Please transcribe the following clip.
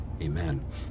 Amen